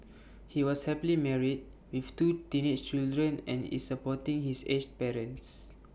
he was happily married with two teenage children and is supporting his aged parents